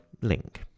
link